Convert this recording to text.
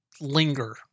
linger